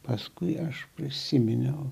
paskui aš prisiminiau